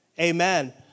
Amen